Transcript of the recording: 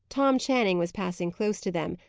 tom channing was passing close to them,